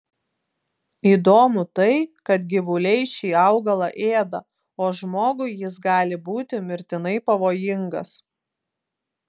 įdomu tai kad gyvuliai šį augalą ėda o žmogui jis gali būti mirtinai pavojingas